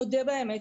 נודה על האמת,